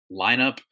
lineup